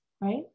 right